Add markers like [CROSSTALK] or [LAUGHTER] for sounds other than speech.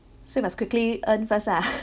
so must quickly earn first lah [LAUGHS]